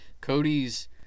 Cody's